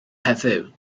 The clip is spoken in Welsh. heddiw